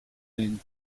hent